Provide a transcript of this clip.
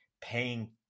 paying